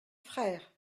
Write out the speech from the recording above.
frère